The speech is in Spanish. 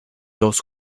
dos